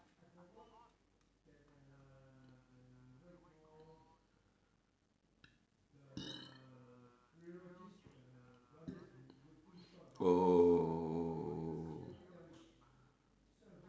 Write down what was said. oh